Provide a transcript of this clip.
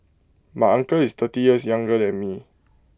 my uncle is thirty years younger than me